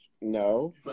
No